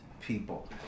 people